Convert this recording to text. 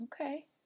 Okay